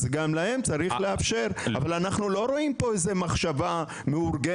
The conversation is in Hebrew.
אז גם להם צריך לאפשר אבל אנחנו לא רואים פה איזו מחשבה מאורגנת,